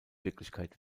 wirklichkeit